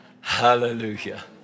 Hallelujah